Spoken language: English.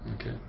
Okay